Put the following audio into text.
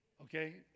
Okay